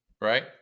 right